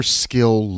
skill